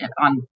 on